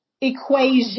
equation